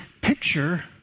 picture